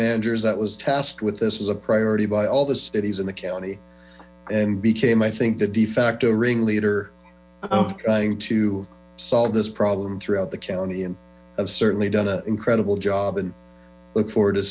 managers that was tasked with this as a priority by all the cities in the county and became i think the de facto ringleader of trying to solve this problem throughout the county and i've certainly done an incredible job and look forward to